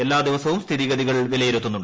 എല്ലാ ദിവസവും സ്ഥിതിഗതികൾ വിലയിരുത്തുന്നുണ്ട്